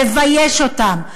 לבייש אותם.